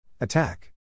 Attack